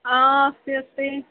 आ अस्ति अस्ति